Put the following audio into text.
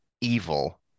evil